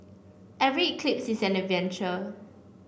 every eclipse is an adventure